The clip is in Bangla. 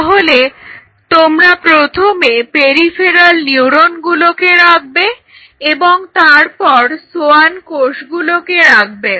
তাহলে তোমরা প্রথমে পেরিফেরাল নিউরনগুলোকে রাখবে এবং তারপর সোয়ান কোষগুলোকে রাখবে